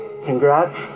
Congrats